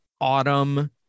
autumn